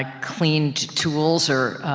ah cleaned tools, or,